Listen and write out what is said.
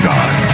God